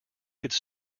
could